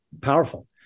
powerful